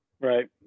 Right